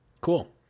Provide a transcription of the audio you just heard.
Cool